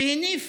והניף